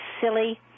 silly